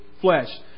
flesh